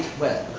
with